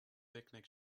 picnic